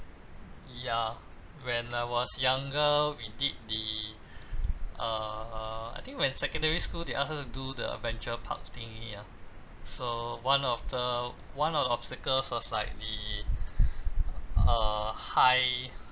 ya when I was younger we did the err I think when secondary school they ask us to do the adventure park thingy ah so one of the one of the obstacles was like the uh high